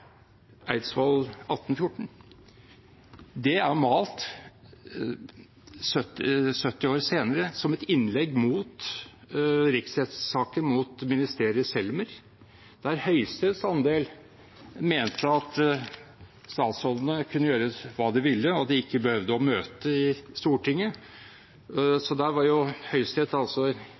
1814, at det er malt 70 år senere, som et innlegg mot riksrettssaken mot ministeriet Selmer. Høyesteretts andel mente der at statsrådene kunne gjøre hva de ville, de behøvde ikke å møte i Stortinget, så der var